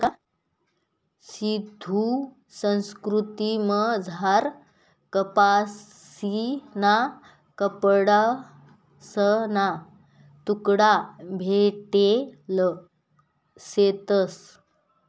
सिंधू संस्कृतीमझार कपाशीना कपडासना तुकडा भेटेल शेतंस